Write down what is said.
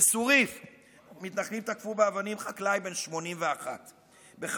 בצוריף מתנחלים תקפו חקלאי בן 81 באבנים,